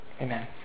Amen